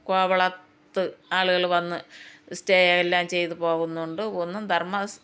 കോവളത്ത് ആളുകൾ വന്ന് സ്റ്റേ എല്ലാം ചെയ്തു പോകുന്നുണ്ട് ഒന്നും ധർമ്മസ്ഥാപനം